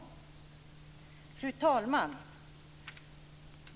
Fru talman!